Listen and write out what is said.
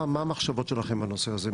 מה המחשבות שלכם בנושא הזה?